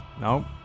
No